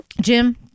jim